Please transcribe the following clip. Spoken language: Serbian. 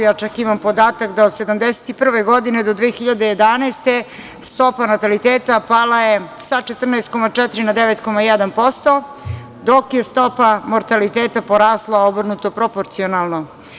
Ja čak imam podatak da od 1971. do 2011. godine stopa nataliteta pala je sa 14,4% na 9,1%, dok je stopa mortaliteta porasla obrnuto proporcionalno.